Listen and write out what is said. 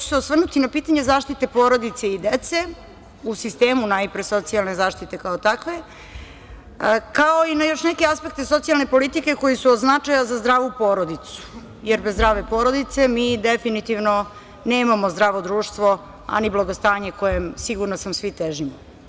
Osvrnuću se na pitanje zaštite porodice i dece, najpre u sistemu socijalne zaštite kao takve, kao i na još neke aspekte socijalne politike koji su od značaja za zdravu porodicu, jer bez zdrave porodice mi definitivno nemamo zdravo društvo, a ni blagostanje kojem, sigurna sam, svi težimo.